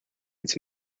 its